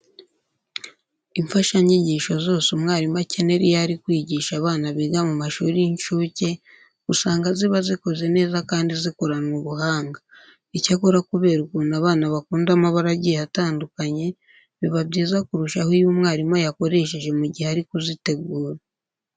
Imfashanyigisho zose umwarimu akenera iyo ari kwigisha abana biga mu mashuri y'incuke, usanga ziba zikoze neza kandi zikoranwe ubuhanga. Icyakora kubera ukuntu abana bakunda amabara agiye atandukanye, biba byiza kurushaho iyo umwarimu ayakoresheje mu gihe ari kuzitegura.